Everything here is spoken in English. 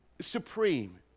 supreme